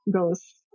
goes